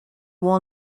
will